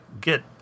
get